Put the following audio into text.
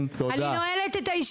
וחשוב להגיד את זה.